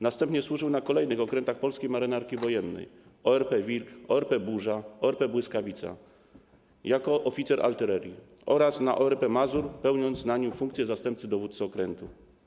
Następnie służył na kolejnych okrętach polskiej Marynarki Wojennej: ORP „Wilk”, ORP „Burza”, ORP „Błyskawica”, jako oficer artylerii, oraz na ORP „Mazur”, pełniąc na nim funkcję zastępcy dowódcy okrętu.